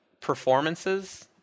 performances